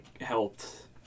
helped